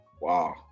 Wow